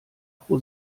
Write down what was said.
pro